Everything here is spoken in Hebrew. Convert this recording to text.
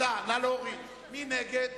מי נגד?